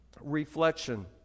reflection